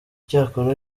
icyakora